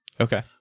Okay